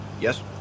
yes